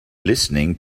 listening